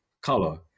color